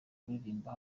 kuririmba